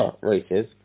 races